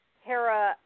Hera